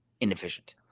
inefficient